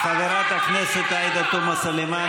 חברת הכנסת עאידה תומא סלימאן,